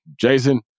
Jason